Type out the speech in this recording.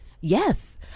yes